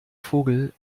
vogel